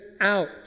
out